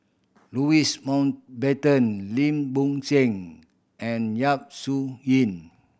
Louis Mountbatten Lim Bo Seng and Yap Su Yin